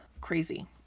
crazy